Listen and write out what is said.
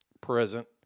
present